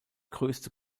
größte